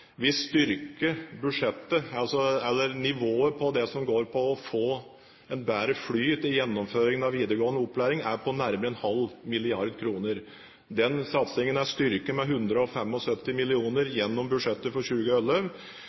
Vi styrker budsjettet. Nivået på det som går på å få en bedre flyt i gjennomføringen av videregående opplæring, er på nærmere en halv milliard kroner. Den satsingen er styrket med 175 mill. kr gjennom budsjettet for